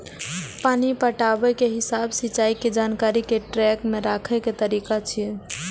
पानि पटाबै के हिसाब सिंचाइ के जानकारी कें ट्रैक मे राखै के तरीका छियै